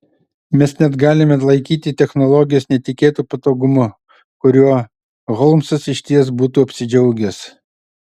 mes net galime laikyti technologijas netikėtu patogumu kuriuo holmsas išties būtų apsidžiaugęs